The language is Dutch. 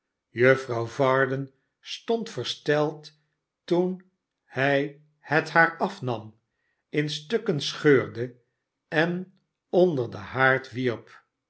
juffrouw varden stond versteld toen hij het haar afnam in stukken scheurde en onder den haard wierp